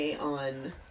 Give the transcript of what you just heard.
on